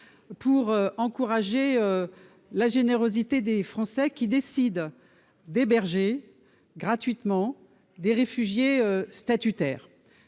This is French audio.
encourage la générosité des Français qui décident d'héberger gratuitement des réfugiés statutaires.